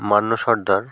Manna Sardar